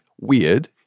weird